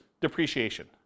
depreciation